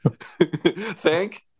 Thank